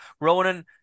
Ronan